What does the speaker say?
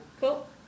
Cool